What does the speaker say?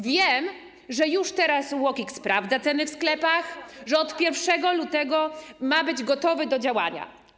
Wiem, że już teraz OUKiK sprawdza ceny w sklepach, że od 1 lutego ma być gotowy do działania.